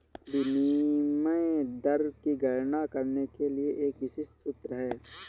विनिमय दर की गणना करने के लिए एक विशिष्ट सूत्र है